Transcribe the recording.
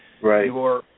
Right